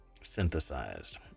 Synthesized